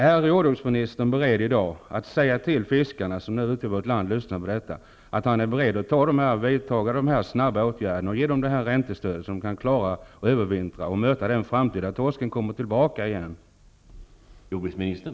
Kan jordbruksministern i dag säga till de fiskare ute i vårt land som lyssnar till detta att han är beredd att vidta dessa snabba åtgärder och bevilja räntestödet, så att de klarar att övervintra och möta den framtid då torsken kommer tillbaka igen?